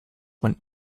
went